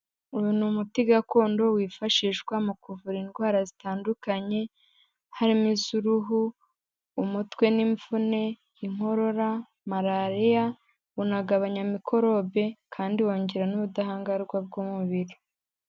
Uyu ni umuti gakondo wifashishwa mu kuvura indwara zitandukanye, harimo iz'uruhu, umutwe n'imvune, inkorora, malariya, unagabanya mikorobe kandi wongera n'ubudahangarwa bw'umubiri.